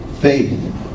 Faith